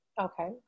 Okay